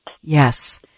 Yes